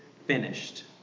finished